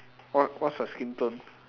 what what's her skin tone